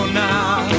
now